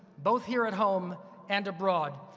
both here at home and abroad.